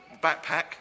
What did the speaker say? backpack